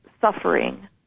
suffering